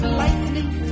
lightning